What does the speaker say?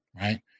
Right